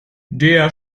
der